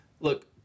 Look